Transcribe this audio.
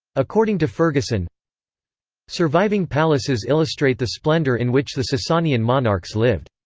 according to fergusson surviving palaces illustrate the splendor in which the sasanian monarchs lived.